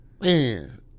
man